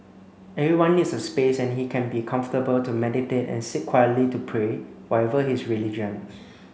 everyone needs a space and he can be comfortable to meditate and sit quietly to pray whatever his religion